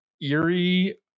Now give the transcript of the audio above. eerie